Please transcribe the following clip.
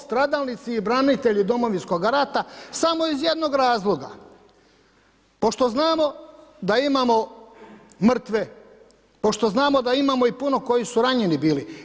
Stradalnici i branitelji Domovinskoga rata samo iz jednog razloga pošto znamo da imamo mrtve, pošto znamo da imamo i puno koji su ranjeni bili.